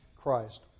Christ